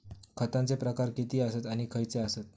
खतांचे प्रकार किती आसत आणि खैचे आसत?